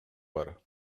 бар